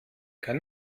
kann